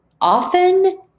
often